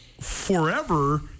Forever